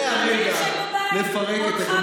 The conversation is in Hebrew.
זה הרגע לפרק את הדמוקרטיה.